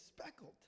speckled